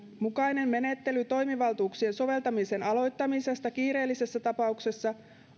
mukainen menettely toimivaltuuksien soveltamisen aloittamisesta kiireellisessä tapauksessa